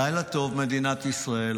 לילה טוב, מדינת ישראל.